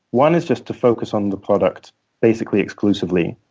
one is just to focus on the product basically exclusively.